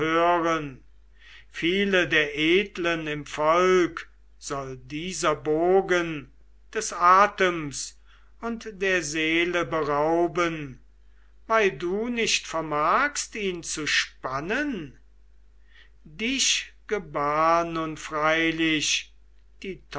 viele der edeln im volk soll dieser bogen des atems und der seele berauben weil du nicht vermagst ihn zu spannen dich gebar nun freilich die